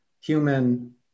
human